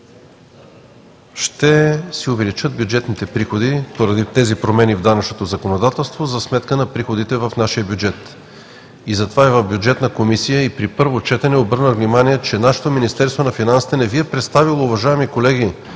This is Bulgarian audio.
ще увеличат бюджетните си приходи поради тези промени в данъчното законодателство за сметка на приходите в нашия бюджет. Затова в Бюджетната комисия и при първото четене обърнах внимание, че нашето Министерство на финансите не Ви е представило, уважаеми колеги,